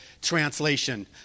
translation